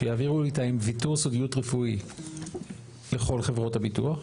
שיעבירו לי אותה עם ויתור סודיות רפואי לכל חברות הביטוח.